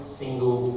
single